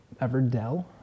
Everdell